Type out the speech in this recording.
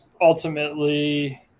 ultimately